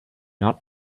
not